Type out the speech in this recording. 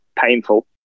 painful